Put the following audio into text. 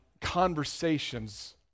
conversations